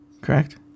correct